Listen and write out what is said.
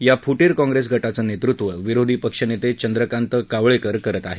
या फुटीर काँग्रेस गटाचं नेतृत्व विरोधी पक्षनेते चंद्रकांत कावळेकर करत आहेत